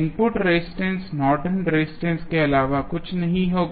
input resistance Norton resistance Nortons resistance के अलावा कुछ नहीं होगा